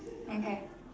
okay